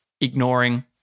ignoring